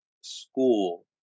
school